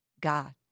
God